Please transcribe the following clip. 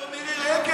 איפה מירי רגב?